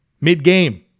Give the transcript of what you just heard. mid-game